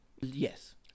yes